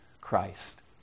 Christ